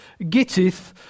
Gittith